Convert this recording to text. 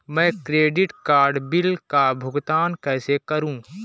मैं credit card bill का भुगतान कैसे करूं?